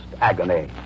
agony